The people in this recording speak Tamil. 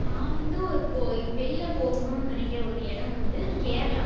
நான் வந்து ஒரு போ வெளியில் போகணுன்னு நினைக்கிற ஒரு இடம் வந்து கேரளா